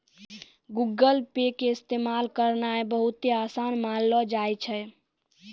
Google Pay के इस्तेमाल करनाय बहुते असान मानलो जाय छै